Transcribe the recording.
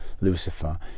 Lucifer